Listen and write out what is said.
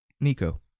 Nico